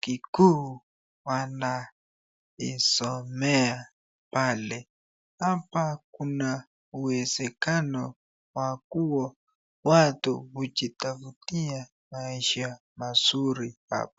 kikuu wanaisomea pale, hapa kuna uwezekano wa kua watu hujitafutia maisha mazuri hapa..